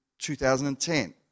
2010